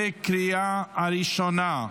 בקריאה הראשונה.